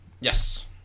Yes